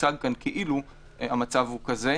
שהוצג כאן כאילו המצב הוא כזה,